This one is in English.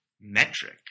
Metric